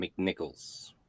McNichols